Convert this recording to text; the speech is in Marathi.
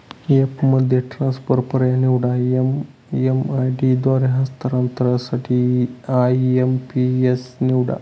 ॲपमध्ये ट्रान्सफर पर्याय निवडा, एम.एम.आय.डी द्वारे हस्तांतरणासाठी आय.एम.पी.एस निवडा